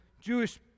Jewish